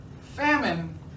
famine